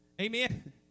Amen